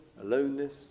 aloneness